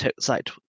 site